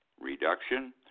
reduction